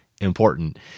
important